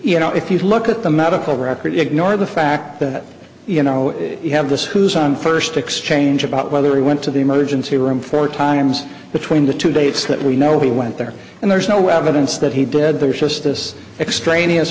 out if you look at the medical record ignore the fact that you know you have this who's on first exchange about whether he went to the emergency room four times between the two dates that we know he went there and there's no evidence that he did there's just this extraneous